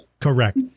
Correct